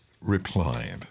replied